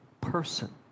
person